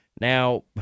Now